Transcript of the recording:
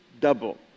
double